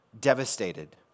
devastated